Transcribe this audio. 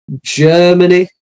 Germany